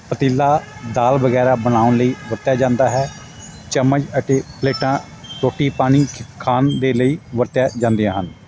ਪਤੀਲਾ ਦਾਲ ਵਗੈਰਾ ਬਣਾਉਣ ਲਈ ਵਰਤਿਆ ਜਾਂਦਾ ਹੈ ਚਮਚ ਅਤੇ ਪਲੇਟਾਂ ਰੋਟੀ ਪਾਣੀ ਖਾਣ ਦੇ ਲਈ ਵਰਤੀਆਂ ਜਾਂਦੀਆਂ ਹਨ